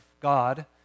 God